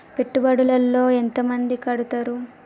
పెట్టుబడుల లో ఎంత మంది కడుతరు?